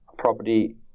Property